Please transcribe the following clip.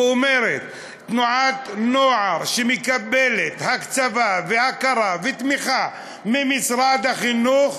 ואומרת: תנועת נוער שמקבלת הקצבה והכרה ותמיכה ממשרד החינוך,